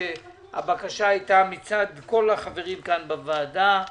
הבקשה הייתה מצד כל החברים כאן בוועדה.